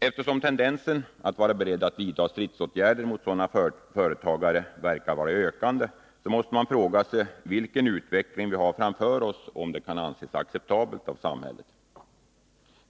Eftersom tendensen att vara beredd att vidta stridsåtgärder mot sådana företagare verkar vara i ökande, måste man fråga sig vilken utveckling vi har framför oss och om den kan anses acceptabel av samhället.